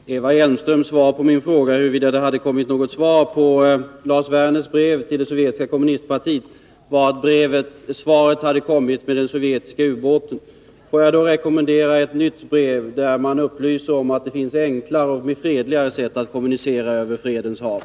Herr talman! Eva Hjelmströms svar på min fråga huruvida det hade kommit något svar på Lars Werners brev till det sovjetiska kommunistpartiet var att svaret hade kommit med den sovjetiska ubåten. Får jag då rekommendera ett nytt brev, där man upplyser om att det finns enklare och mer fredliga sätt att kommunicera över fredens hav.